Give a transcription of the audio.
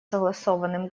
согласованным